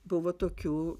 buvo tokių